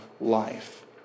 life